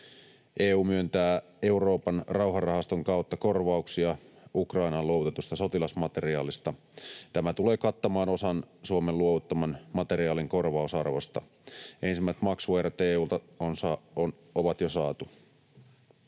EU myöntää Euroopan rauhanrahaston kautta korvauksia Ukrainaan luovutetusta sotilasmateriaalista. Tämä tulee kattamaan osan Suomen luovuttaman materiaalin korvausarvosta. Ensimmäiset maksuerät EU:lta on jo saatu.